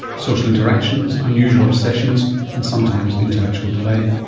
social interactions, unusual obsessions and sometimes intellectual delay.